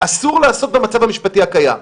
אסור לעשות במצב המשפטי הקיים.